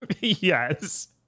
Yes